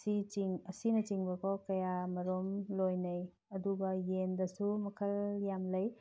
ꯑꯁꯤꯅꯆꯤꯡꯕꯐꯥꯎ ꯀꯌꯥꯃꯔꯨꯝ ꯂꯣꯏꯅꯩ ꯑꯗꯨꯒ ꯌꯦꯟꯗꯁꯨ ꯃꯈꯜ ꯌꯥꯝ ꯂꯩ